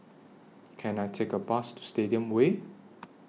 Can I Take A Bus to Stadium Way